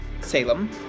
Salem